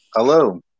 Hello